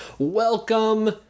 welcome